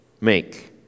make